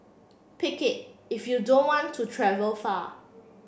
pick it if you don't want to travel far